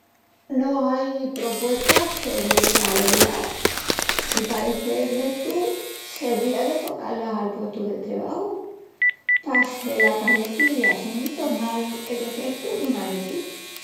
No ai propuestas peru d'avé-las mi parecel nestu sedría de focá-las al puestu de trebaju pa sel aparenti i assín tornal el defetu en una virtú.